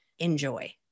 enjoy